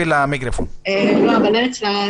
דיוני ההוכחות.